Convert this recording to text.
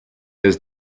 has